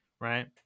right